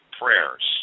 prayers